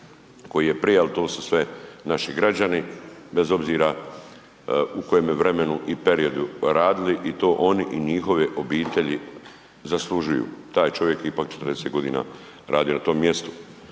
koji je prija, al to su sve naši građani bez obzira u kojem vremenu i periodu radili i to oni i njihove obitelji zaslužuju, taj čovjek je ipak 40.g. radio na tom mjestu.